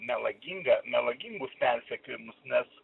melagingą melagingus persekiojimus nes